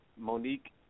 Monique